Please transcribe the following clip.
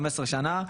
15 שנה.